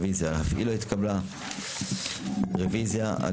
הצבעה הרוויזיה לא נתקבלה הרוויזיה לא התקבלה.